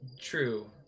true